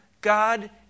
God